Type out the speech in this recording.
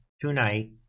tonight